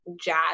jazz